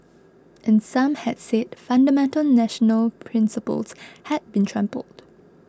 and some had said fundamental national principles had been trampled